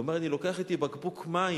והוא אומר: אני לוקח אתי בקבוק מים,